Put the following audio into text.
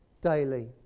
daily